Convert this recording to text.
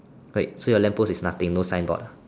like so your lamp post is nothing no sign board ah